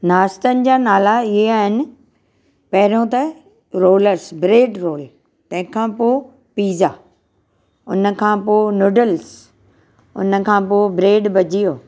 नाश्तनि जा नाला इहे आहिनि पहिरियों त रोलर्स ब्रेड रोल तंहिं खां पोइ पिज़ा हुन खां पोइ नूडल्स हुन खां पोइ ब्रेड भजियो